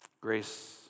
Grace